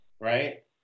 right